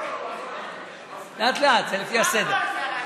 לאט-לאט, זה לפי הסדר.